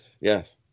Yes